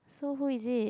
so who is it